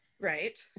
Right